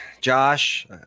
josh